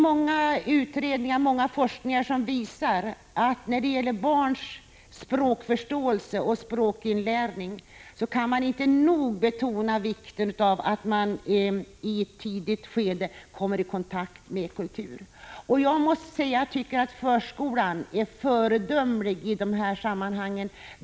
Många forskningsundersökningar visar att när det gäller barns språkförståelse och språkinlärning kan man inte nog betona vikten av att de i ett tidigt skede kommer i kontakt med kultur. Jag måste säga att förskolan är föredömlig i de här sammanhangen.